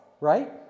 right